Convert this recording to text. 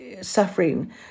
suffering